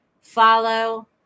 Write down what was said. follow